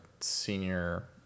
senior